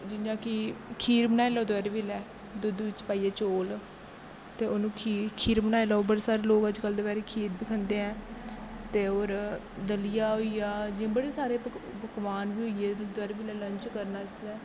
जियां कि खीर बनाई लो दपैह्री बल्लै दुद्ध च पाइयै चौल खीर बनाई लो बड़े सारे लोक अज्जकल खीर खंदे ऐ ते होर दलिया होइया बड़े सारे पकवान होइये लंच करना होइये